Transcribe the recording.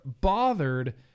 bothered